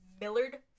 Millard